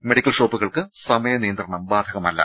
medical ഷോപ്പുകൾക്ക് സമയ നിയന്ത്രണം ബാധക മല്ല